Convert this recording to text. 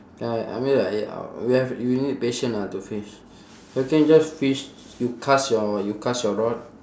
ya I mean like ya we have we need patience lah to fish you can just fish you cast your you cast your rod